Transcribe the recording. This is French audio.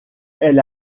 elle